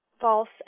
false